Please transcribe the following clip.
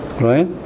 Right